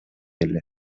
эле